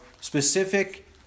specific